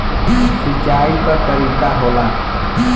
सिंचाई क तरीका होला